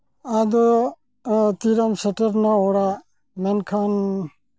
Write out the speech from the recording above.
ᱟᱫᱚ ᱛᱤᱨᱮᱢ ᱥᱮᱴᱮᱨᱱᱟ ᱚᱲᱟᱜ ᱢᱮᱱᱠᱷᱟᱱ